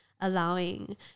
allowing